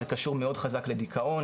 זה קשור מאוד חזק לדיכאון,